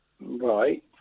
Right